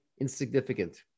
insignificant